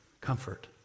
Comfort